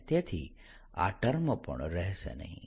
અને તેથી આ ટર્મ પણ રહેશે નહિ